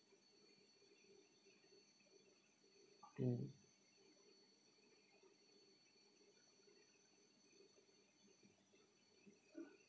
mm